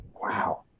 Wow